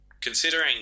Considering